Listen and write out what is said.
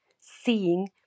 seeing